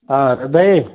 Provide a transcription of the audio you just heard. ହଁ ରବି ଭାଇ